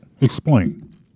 Explain